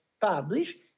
published